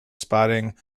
spotting